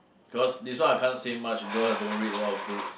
cause this one I can't say much cause I don't read a lot of books